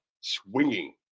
swinging